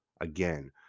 Again